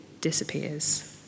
disappears